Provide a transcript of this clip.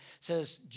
says